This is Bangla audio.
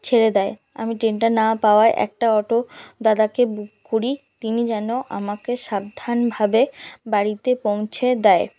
ছেড়ে দেয় আমি ট্রেনটা না পাওয়ায় একটা অটো দাদাকে বুক করি তিনি যেন আমাকে সাবধান ভাবে বাড়িতে পৌঁছে দেয়